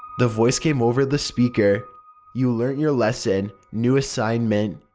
the voice came over the speaker you've learnt your lesson, new assignment.